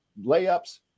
layups